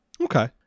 Okay